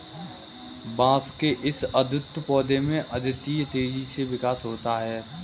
बांस के इस अद्भुत पौधे में अद्वितीय तेजी से विकास होता है